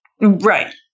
Right